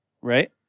right